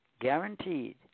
guaranteed